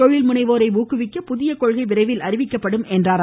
தொழில்முனைவோரை ஊக்குவிக்க புதிய கொள்கை விரைவில் அறிவிக்கப்படும் என்றும் கூறினார்